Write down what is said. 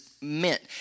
meant